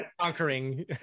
conquering